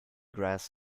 grass